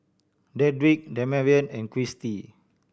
Dedric Damarion and Kristy